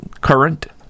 current